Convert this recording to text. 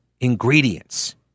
ingredients